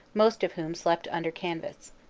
most of whom slept under canvas.